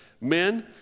Men